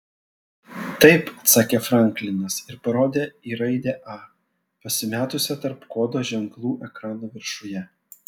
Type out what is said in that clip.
taip atsakė franklinas ir parodė į raidę a pasimetusią tarp kodo ženklų ekrano viršuje